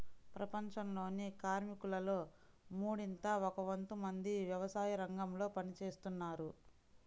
ప్రపంచంలోని కార్మికులలో మూడింట ఒక వంతు మంది వ్యవసాయరంగంలో పని చేస్తున్నారు